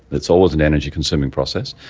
it's always an energy consuming process,